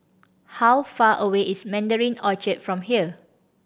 how far away is Mandarin Orchard from here